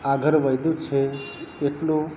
આગળ વધ્યું છે એટલું